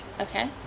Okay